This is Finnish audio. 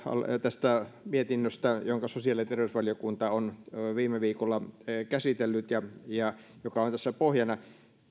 tästä mietinnöstä jonka sosiaali ja terveysvaliokunta on viime viikolla käsitellyt ja ja joka on tässä pohjana